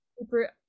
super